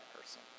person